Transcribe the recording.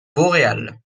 vauréal